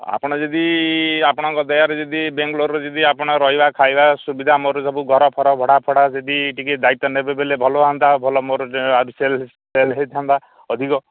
ଆପଣ ଯଦି ଆପଣଙ୍କ ଦୟାରେ ଯଦି ବାଙ୍ଗଲୋରରେ ଯଦି ଆପଣ ରହିବା ଖାଇବା ସୁବିଧା ମୋର ସବୁ ଘରଫର ଭଡ଼ାଫଡ଼ା ଯଦି ଟିକେ ଦାୟିତ୍ୱ ନେବେ ବୋଲେ ଭଲ ହୁଅନ୍ତା ଭଲ ମୋର ଆଉ ସେଲ୍ ହେଇଥାନ୍ତା ଅଧିକ